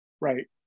Right